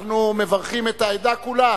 אנחנו מברכים את העדה כולה